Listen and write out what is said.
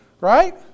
Right